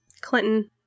Clinton